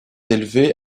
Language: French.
élevée